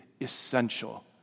essential